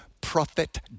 prophet